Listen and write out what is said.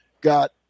got